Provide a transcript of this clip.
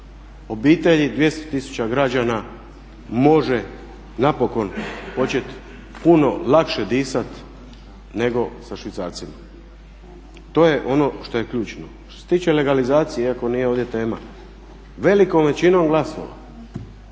obitelji, 200 tisuća građana može napokon počet puno lakše disat nego sa švicarcima. To je ono što je ključno. Što se tiče legalizacije, iako nije ovdje tema, velikom većinom glasova